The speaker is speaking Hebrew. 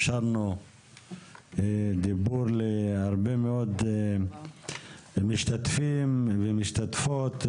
אפשרנו דיבור להרבה מאוד משתתפים ומשתתפות.